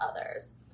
others